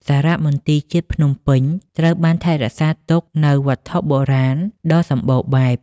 សារមន្ទីរជាតិភ្នំពេញត្រូវបានថែរក្សាទុកនូវវត្ថុបុរាណដ៏សំបូរបែប។